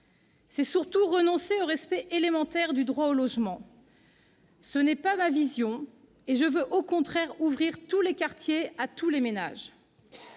C'est surtout renoncer au respect élémentaire du droit au logement. Telle n'est pas ma vision ! Je veux au contraire ouvrir tous les quartiers à tous les ménages.